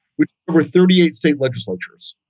which were thirty eight state legislatures.